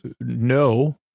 no